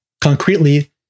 concretely